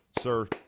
Sir